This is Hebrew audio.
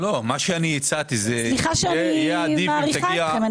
סליחה שאני מעריכה אתכם,